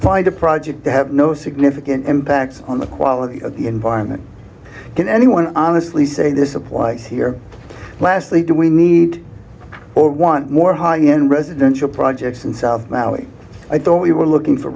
find a project to have no significant impact on the quality of the environment can anyone honestly say this applies here lastly do we need or want more high end residential projects in south maui i thought we were looking for